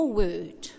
word